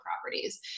properties